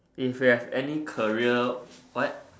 if you have any career what